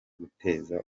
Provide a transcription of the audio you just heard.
guteza